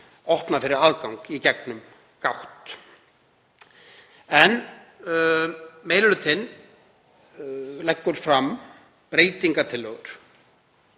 opna fyrir aðgang í gegnum gátt. Meiri hlutinn leggur fram breytingartillögur